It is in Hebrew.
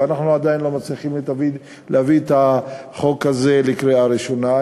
ואנחנו עדיין לא מצליחים להביא את החוק הזה לקריאה ראשונה.